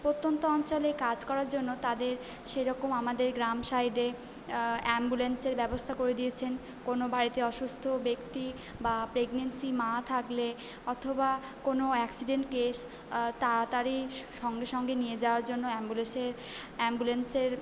প্রত্যন্ত অঞ্চলে কাজ করার জন্য তাঁদের সেরকম আমাদের গ্রাম সাইডে অ্যাম্বুলেন্সের ব্যবস্থা করে দিয়েছেন কোনও বাড়িতে অসুস্থ ব্যক্তি বা প্রেগনেন্সি মা থাকলে অথবা কোনও অ্যাক্সিডেন্ট কেস তাড়াতাড়ি সঙ্গে সঙ্গে নিয়ে যাওয়ার জন্য অ্যাম্বুলেসের অ্যাম্বুলেন্সের